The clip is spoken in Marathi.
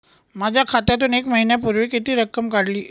माझ्या खात्यातून एक महिन्यापूर्वी किती रक्कम काढली?